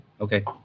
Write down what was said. Okay